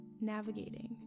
navigating